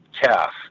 calf